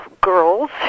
girls